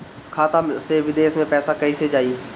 खाता से विदेश मे पैसा कईसे जाई?